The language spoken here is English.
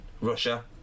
Russia